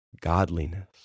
godliness